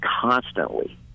constantly